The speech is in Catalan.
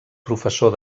professor